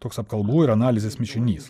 toks apkalbų ir analizės mišinys